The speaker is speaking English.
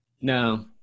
no